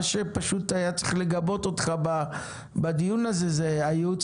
מה שפשוט היה צריך לגבות אותך בדיון הזה זה הייעוץ